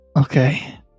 okay